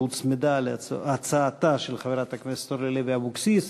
שהוצמדה להצעתה של חברת הכנסת אורלי לוי אבקסיס,